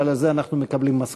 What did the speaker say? אבל על זה אנחנו מקבלים משכורת.